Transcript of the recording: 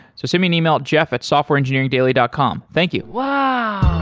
so send me an email at jeff at softwarengineeringdaily dot com. thank you ah